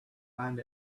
find